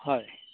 হয়